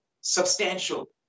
substantial